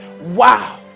wow